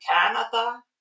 Canada